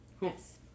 Yes